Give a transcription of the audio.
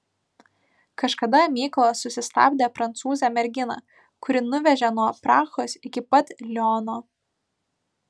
kažkada mykolas susistabdė prancūzę merginą kuri nuvežė nuo prahos iki pat liono